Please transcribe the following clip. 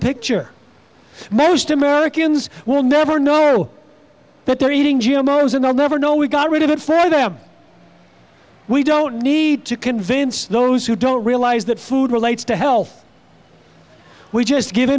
picture most americans will never know that they're eating g m o never know we got rid of it for them we don't need to convince those who don't realize that food relates to health we just g